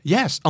Yes